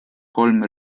kolm